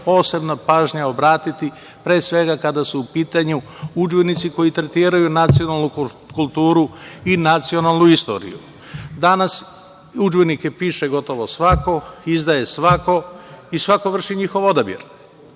posebna pažnja obratiti pre svega kada su u pitanju udžbenici koji tretiraju nacionalnu kulturu i nacionalnu istoriju. Danas udžbenike piše gotovo svako, izdaje svako i svako vrši njihov odabir.